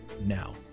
now